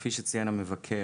כפי שציין המבקר,